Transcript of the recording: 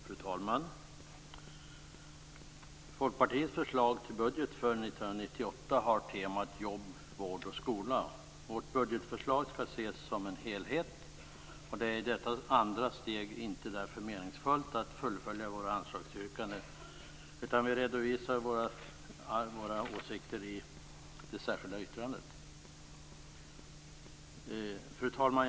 Fru talman! Folkpartiets förslag till budget för 1998 har temat jobb, vård och skola. Vårt budgetförslag skall ses som en helhet, och det är i detta andra steg därför inte meningsfullt för oss att fullfölja våra anslagsyrkanden. Vi redovisar i stället våra åsikter i det särskilda yttrandet. Fru talman!